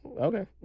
Okay